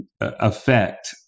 affect